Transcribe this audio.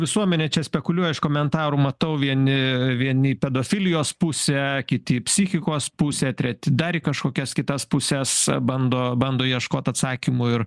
visuomenė čia spekuliuoja iš komentarų matau vieni vieni pedofilijos pusę kiti psichikos pusę treti dar į kažkokias kitas puses bando bando ieškot atsakymų ir